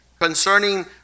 concerning